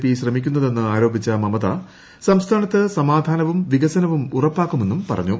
P ശ്രമിക്കുന്നതെന്ന് ആര്യേപിച്ച് മമത സംസ്ഥാനത്ത് സമാധാനവും വികസനവും ഉറപ്പാക്കു്മെന്നും പറഞ്ഞു